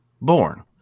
born